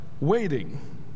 waiting